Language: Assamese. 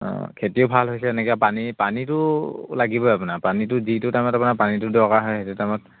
অঁ খেতিও ভাল হৈছে এনেকে পানী পানীটো লাগিবই আপোনাৰ পানীটো যিটো টাইমত আপোনাৰ পানীটো দৰকাৰ হয় সেইটো টাইমত